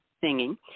singing